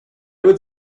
would